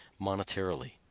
monetarily